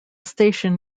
station